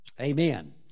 Amen